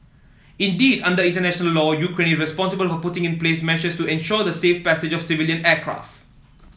indeed under international law Ukraine is responsible for putting in place measures to ensure the safe passage of civilian aircraft